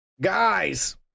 Guys